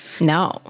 No